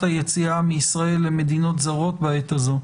היציאה מישראל למדינות זרות בעת הזו.